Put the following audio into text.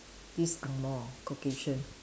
this angmoh Caucasian